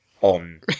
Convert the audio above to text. on